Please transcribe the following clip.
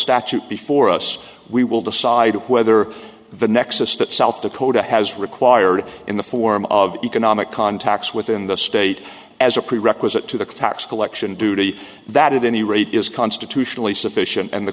statute before us we will decide whether the nexus that south dakota has required in the form of economic contacts within the state as a prerequisite to the tax collection duty that any rate is constitutionally sufficient and the